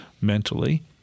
mentally